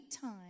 time